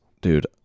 dude